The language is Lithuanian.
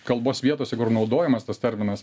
kalbos vietose kur naudojamas tas terminas